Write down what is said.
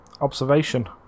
observation